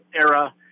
era